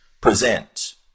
present